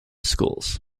schools